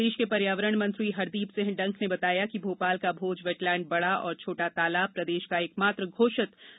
प्रदेश के पर्यावरण मंत्री हरदीप सिंह डंग ने बताया कि भोपाल का मोज वेटलैण्ड बड़ा एवं छोटा तालाब प्रदेश का एकमात्र घोषित रामसर साइट है